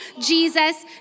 Jesus